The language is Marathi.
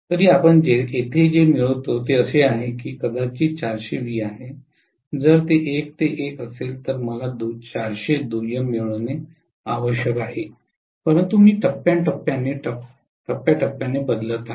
तरीही आपण येथे जे मिळवितो ते असे आहे की हे कदाचित 400 व्ही आहे जर ते 1 ते 1 असेल तर मला 400 दुय्यम मिळवणे आवश्यक आहे परंतु मी टप्प्याटप्प्याने टप्प्याटप्प्याने बदलत आहे